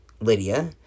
Lydia